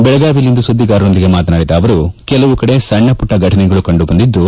ಬೆಳಗಾವಿಯಲ್ಲಿಂದು ಸುದ್ಗಿಗಾರರೊಂದಿಗೆ ಮಾತನಾಡಿದ ಅವರು ಕೆಲವು ಕಡೆ ಸಣ್ಣಪುಟ್ಟ ಫಟನೆಗಳು ಕಂಡುಬಂದಿದ್ದು